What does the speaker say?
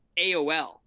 aol